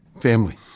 family